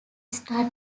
star